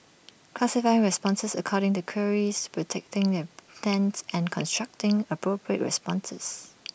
classifying responses according to queries predicting their intents and constructing appropriate responses